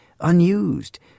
unused